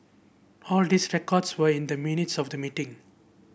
all these records were in the minutes of the meeting